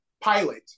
pilot